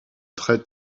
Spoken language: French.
très